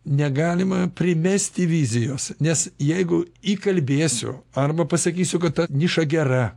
negalima primesti vizijos nes jeigu įkalbėsiu arba pasakysiu kad ta niša gera